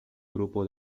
grupo